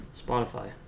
Spotify